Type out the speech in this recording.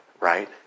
right